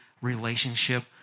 relationship